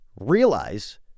realize